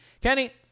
Kenny